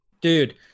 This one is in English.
Dude